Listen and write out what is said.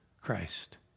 Christ